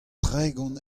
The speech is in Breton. tregont